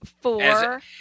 four